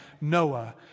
Noah